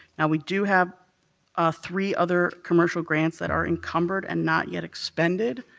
now, we do have ah three other commercial grants that are encumbered and not yet expended.